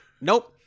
Nope